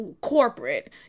corporate